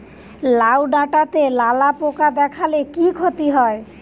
লাউ ডাটাতে লালা পোকা দেখালে কি ক্ষতি হয়?